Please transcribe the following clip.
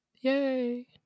Yay